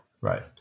right